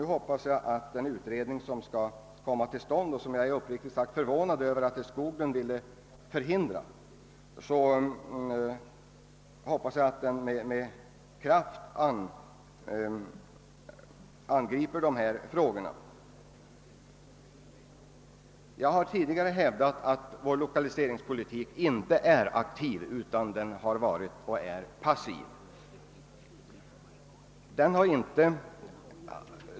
Nu hoppas jag att den utredning som skall tillsättas -— och jag är uppriktigt sagt förvånad över att herr Skoglund ville motsätta sig den — med kraft angriper dessa frågor. Jag har tidigare hävdat att vår lokaliseringspolitik inte är aktiv utan har varit och är passiv.